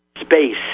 space